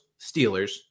Steelers